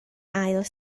ail